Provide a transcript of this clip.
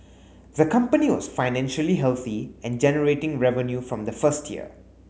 the company was financially healthy and generating revenue from the first year